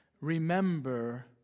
remember